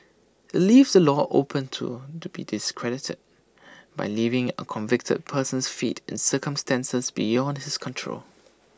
IT leaves the law open to to be discredited by leaving A convicted person's fate in circumstances beyond his control